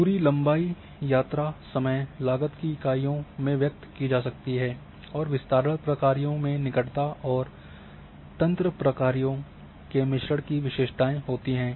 दूरी लंबाई यात्रा समय लागत की इकाइयों में व्यक्त की जा सकती है और विस्तारण प्रक्रियाों में निकटता और तंत्र प्रक्रियाों के मिश्रण की विशेषताएं होती हैं